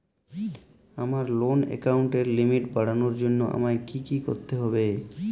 আমার লোন অ্যাকাউন্টের লিমিট বাড়ানোর জন্য আমায় কী কী করতে হবে?